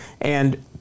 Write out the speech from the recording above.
And-